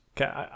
okay